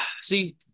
see